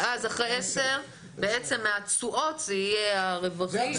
ואז אחרי עשר מהתשואות יהיו הרווחים.